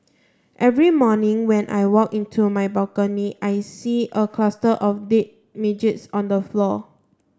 every morning when I walk into my balcony I see a cluster of dead midges on the floor